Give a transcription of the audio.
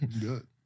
good